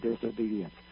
disobedience